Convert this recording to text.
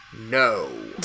no